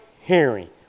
hearing